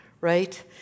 Right